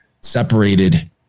separated